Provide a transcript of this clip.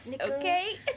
okay